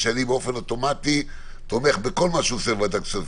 שאני באופן אוטומטי תומך בכל מה שהוא עושה בוועדת הכספים.